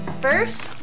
First